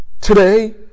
today